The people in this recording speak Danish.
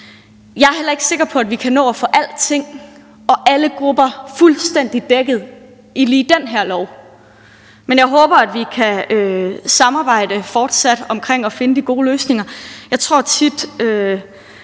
Jeg er heller ikke sikker på, at vi kan nå at få alting og alle grupper fuldstændig dækket i lige den her lov, men jeg håber, at vi fortsat kan samarbejde om at finde de gode løsninger.